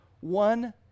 One